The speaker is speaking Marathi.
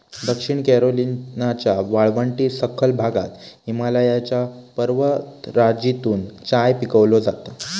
दक्षिण कॅरोलिनाच्या वाळवंटी सखल भागात हिमालयाच्या पर्वतराजीतून चाय पिकवलो जाता